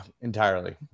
entirely